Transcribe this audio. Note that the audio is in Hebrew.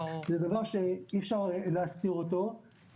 זה דבר שאי אפשר להסתיר אותו,